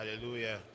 Hallelujah